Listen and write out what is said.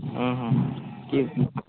କି